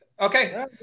Okay